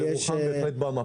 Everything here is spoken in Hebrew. ירוחם בהחלט על המפה.